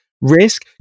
risk